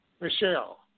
Michelle